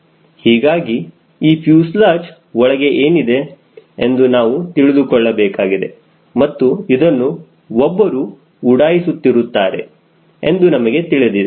ಹೀಗಾಗಿ ಈ fuselage ಒಳಗೆ ಏನಿದೆ ಎಂದು ನಾವು ತಿಳಿದುಕೊಳ್ಳಬೇಕಾಗಿದೆ ಮತ್ತು ಇದನ್ನು ಒಬ್ಬರು ಉಡಾಯಿಸುತ್ತಿರುತ್ತಾರೆ ಎಂದು ನಮಗೆ ತಿಳಿದಿದೆ